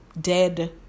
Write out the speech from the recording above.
dead